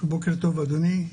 בוקר טוב, אדוני.